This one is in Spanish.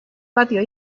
patio